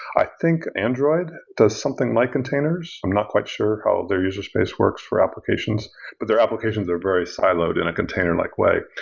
i think android does something like containers. i'm not quite sure how their user space works for applications, but their applications are very siloed in a container like way.